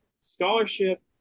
Scholarship